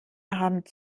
abend